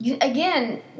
again